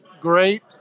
great